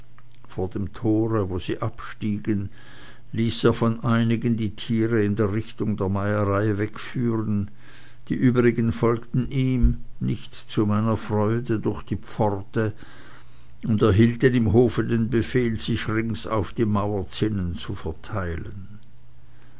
vor dem tore wo sie abstiegen ließ er von einigen die tiere in der richtung der meierei wegführen die übrigen folgten ihm nicht zu meiner freude durch die pforte und er hielten im hofe den befehl sich rings auf die mauerzinnen zu verteilen